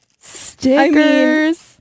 stickers